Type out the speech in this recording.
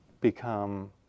become